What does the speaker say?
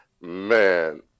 man